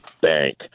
bank